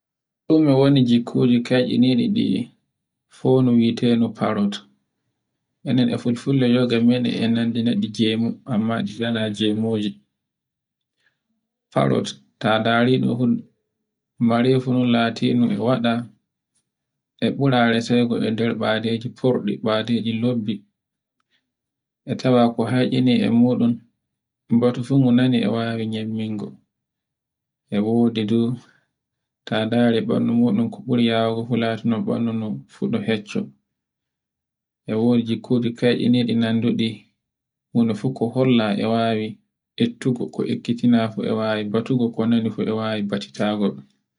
Ɗume woni jikkuji keyɗiniɗi fonnu wi'ete no parrot. E nen e fulfulde yo ga men e nandiɗe genu, amma ɗi wala genuji. Parrot ta ndari ɗum hun bare fu non latindu e waɗa e bura resego e nder baleji forɗi. Baleji lobbi, e tawa ko heccini e muɗum batu fu ngo nane e wawi nyemmingo, e wodi dow ta ndari bandu muɗum ko buri yawugo fu latindo bandu muɗum fu e fecco. e wodi jikkuji keyɗiniyi ɗi nanduɗi huno fu ko holla e wawi ettugo ko ekkitina fu e wawi batugo ko nani fu e wawi batitago